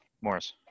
Morris